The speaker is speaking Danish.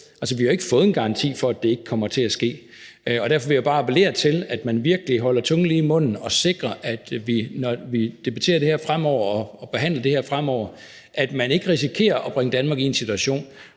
Altså, vi har ikke fået en garanti for, at det ikke kommer til at ske. Og derfor vil jeg bare appellere til, at man virkelig holder tungen lige i munden og sikrer, at vi, når vi debatterer og behandler det her fremover, ikke risikerer at bringe Danmark i en situation,